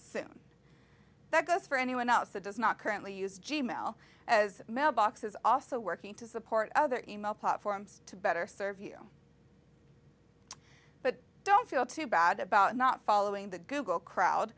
soon that goes for anyone else that does not currently use g mail as mailbox is also working to support other e mail platforms to better serve you but don't feel too bad about not following the google crowd